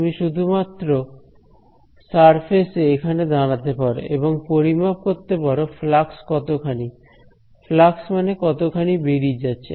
তুমি শুধুমাত্র সারফেসে এখানে দাঁড়াতে পারো এবং পরিমাপ করতে পারো ফ্লাক্স কতখানি ফ্লাক্স মানে কতখানি বেরিয়ে যাচ্ছে